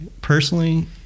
personally